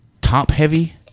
top-heavy